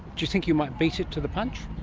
do you think you might beat it to the punch?